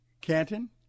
Canton